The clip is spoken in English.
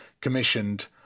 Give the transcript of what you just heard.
commissioned